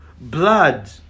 blood